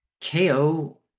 ko